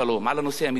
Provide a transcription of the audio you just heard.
על הנושא המדיני.